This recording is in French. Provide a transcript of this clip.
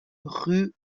rue